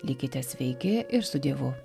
likite sveiki ir su dievu